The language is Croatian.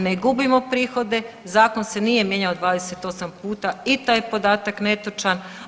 Ne gubimo prihode, zakon se nije mijenjao 28 puta i taj je podatak netočan.